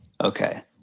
Okay